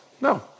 No